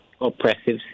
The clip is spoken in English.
oppressive